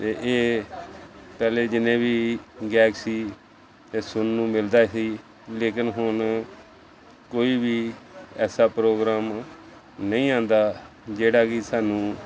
ਇਹ ਇਹ ਪਹਿਲੇ ਜਿੰਨੇ ਵੀ ਗਾਇਕ ਸੀ ਇਹ ਸੁਣਨ ਨੂੰ ਮਿਲਦਾ ਸੀ ਲੇਕਿਨ ਹੁਣ ਕੋਈ ਵੀ ਐਸਾ ਪ੍ਰੋਗਰਾਮ ਨਹੀਂ ਆਉਂਦਾ ਜਿਹੜਾ ਕਿ ਸਾਨੂੰ